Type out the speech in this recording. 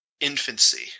infancy